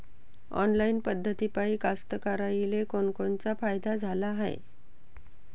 Online पद्धतीपायी कास्तकाराइले कोनकोनचा फायदा झाला हाये?